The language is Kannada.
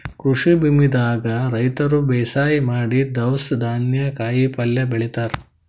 ಕೃಷಿ ಭೂಮಿದಾಗ್ ರೈತರ್ ಬೇಸಾಯ್ ಮಾಡಿ ದವ್ಸ್ ಧಾನ್ಯ ಕಾಯಿಪಲ್ಯ ಬೆಳಿತಾರ್